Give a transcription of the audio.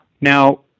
Now